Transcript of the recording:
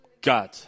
God